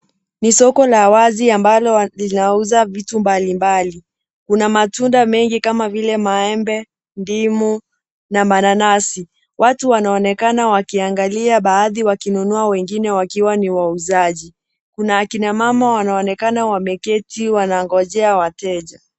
Ni soko la wazi ambalo linauza vitu mbalimbali. Kuna matunda mengi kama vile maembe, ndimu na mananasi. Watu wanaonekana wakiangalia baadhi wakinunua wengine wakiwa ni wauzaji. Kuna akina mama wanaonekana wameketi wanangojea wateja.